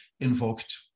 invoked